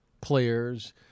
players